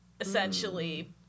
essentially